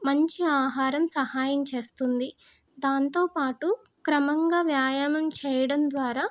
మంచి ఆహారం సహాయం చేస్తుంది దాంతోపాటు క్రమంగా వ్యాయామం చేయడం ద్వారా